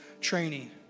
training